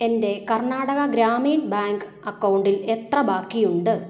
എൻ്റെ കർണാടക ഗ്രാമീൺ ബാങ്ക് അക്കൗണ്ടിൽ എത്ര ബാക്കിയുണ്ട്